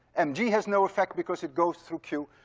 and g has no effect because it goes through q,